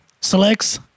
selects